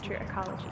Ecology